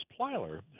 Plyler